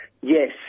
Yes